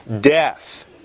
death